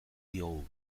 diogu